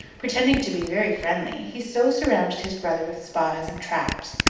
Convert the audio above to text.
pretending to be very friendly, he so surrounded his brother with spies and traps,